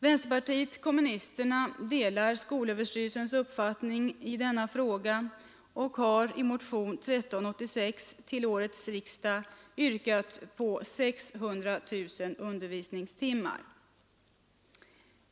Vänsterpartiet kommunisterna delar skolöverstyrelsens uppfattning i denna fråga och har i motionen 1386 till årets riksdag yrkat på 600 000 undervisningstimmar.